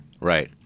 right